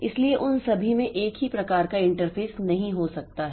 इसलिए उन सभी में एक ही प्रकार का इंटरफ़ेस नहीं हो सकता है